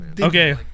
Okay